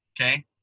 Okay